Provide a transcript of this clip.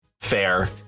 fair